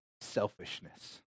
selfishness